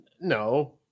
no